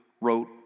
wrote